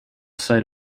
site